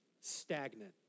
stagnant